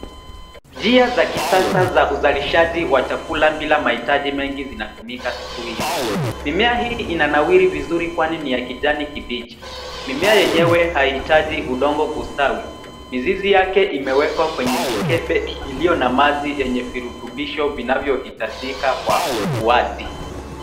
Njia za kisasa za uzalishaji wa chakula bila mahitaji mengi zinatumika siku hizi. Mimea hii inanawiri vizuri kwani ni ya kijani kibichi. Mimea yenyewe haihiitaji udongo kustawi. Mizizi yake imewekwa kwenye mikebe iliyo na maji yenye virutubisho vinavyohitajika kwa ukuaji.